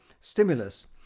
stimulus